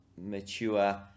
mature